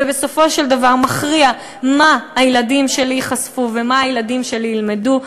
ובסופו של דבר מכריע למה הילדים שלי ייחשפו ומה הילדים שלי ילמדו,